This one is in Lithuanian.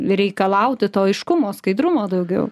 reikalauti to aiškumo skaidrumo daugiau